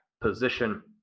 position